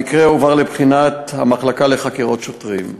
המקרה הועבר לבחינת המחלקה לחקירות שוטרים.